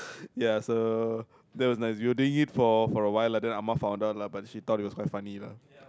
ya so that was nice we were doing it for for awhile then ah ma found out lah but she thought it was quite funny lah